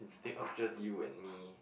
instead of just you and me